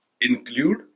include